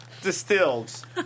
distilled